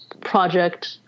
project